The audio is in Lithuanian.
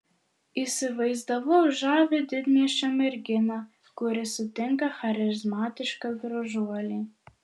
įsivaizdavau žavią didmiesčio merginą kuri sutinka charizmatišką gražuolį